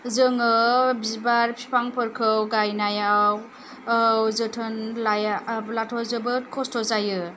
जोङो बिबार बिफांफोरखौ गायनायाव जोथोन लायाब्लाथ जोबोद खस्थ' जायो